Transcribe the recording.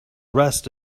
rest